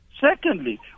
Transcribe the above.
Secondly